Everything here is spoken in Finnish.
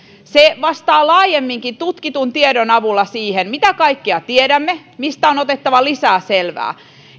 vastaa laajemminkin tutkitun tiedon avulla siihen mitä kaikkea tiedämme mistä on otettava lisää selvää